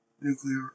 nuclear